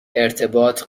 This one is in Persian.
ارتباط